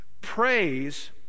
Praise